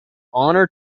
honour